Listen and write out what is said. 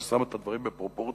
ששמה את הדברים בפרופורציה,